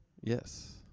Yes